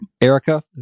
Erica